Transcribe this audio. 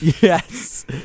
Yes